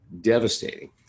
devastating